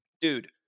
Dude